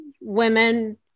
women